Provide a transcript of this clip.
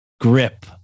grip